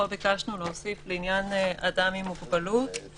וגם מוסיפים שסגירת מקום העבודה כולו או חלקו יהיה בהיקף שאינו עולה על